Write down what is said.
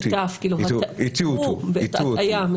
הטעייה.